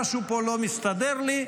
משהו פה לא מסתדר לי.